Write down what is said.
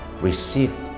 received